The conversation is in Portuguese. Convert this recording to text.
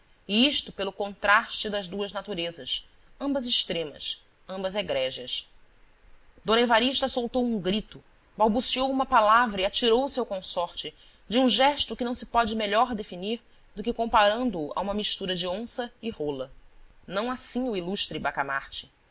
isto pelo contraste das duas naturezas ambas extremas ambas egrégias d evarista soltou um grito balbuciou uma palavra e atirou-se ao consortede um gesto que não se pode melhor definir do que comparando o a uma mistura de onça e rola não assim o ilustre bacamarte